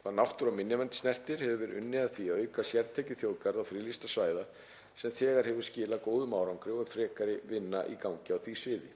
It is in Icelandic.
Hvað náttúru- og minjavernd snertir hefur verið unnið að því að auka sértekjur þjóðgarða og friðlýstra svæða sem þegar hefur skilað góðum árangri og er frekari vinna í gangi á því sviði.